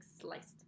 sliced